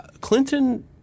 Clinton